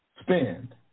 spend